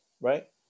right